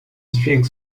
dźwięk